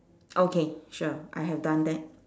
okay sure I have done that